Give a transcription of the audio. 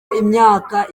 imyaka